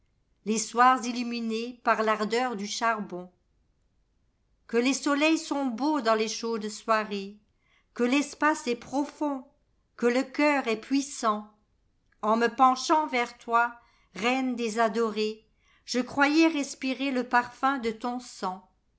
chosesles soirs illuminés par l'ardeur du charbon que les soleils sont beaux dans les chaudes soirées que l'espace est profond que le cœur est puissant en me penchant vers toi reine des adorées je croyais respirer le parfum de ton sang